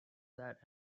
that